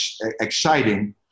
exciting